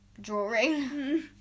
Drawing